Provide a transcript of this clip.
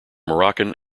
moroccan